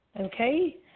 Okay